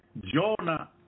Jonah